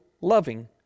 loving